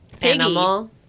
Animal